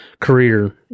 career